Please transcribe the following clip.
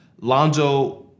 Lonzo